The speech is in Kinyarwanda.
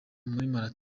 marathon